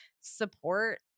support